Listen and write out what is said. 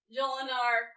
Jolinar